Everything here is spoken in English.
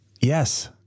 yes